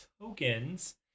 tokens